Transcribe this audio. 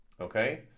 okay